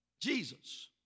Jesus